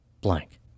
blank